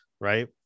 right